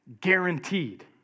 Guaranteed